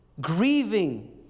grieving